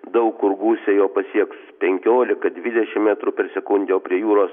daug kur gūsiai jau pasieks penkiolika dvidešim metrų per sekundę o prie jūros